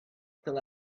still